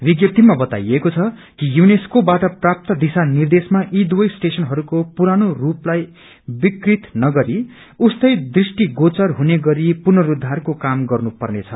विज्ञप्तिमा बताइएको छ कि यूनेसको बाट प्राप्त दिशा निर्देशमा यी दुवै स्टेशनहरूको पुरानो स्पलाई विकृत नगरी उस्तै दृष्टिगोचर हुने गरी पुनस्रद्वारको काम गर्नु पर्नेछ